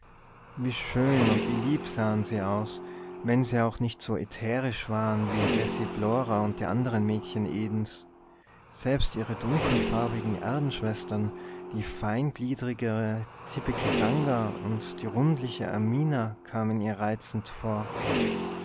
wie schön und wie lieb sahen sie aus wenn sie auch nicht so ätherisch waren wie glessiblora und die andern mädchen edens selbst ihre dunkelfarbigen erdenschwestern die feingliederige tipekitanga und die rundliche amina kamen ihr reizend vor